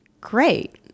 great